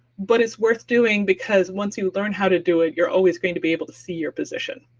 but it's worth doing because, once you learn how to do it, you're always going to be able to see your position.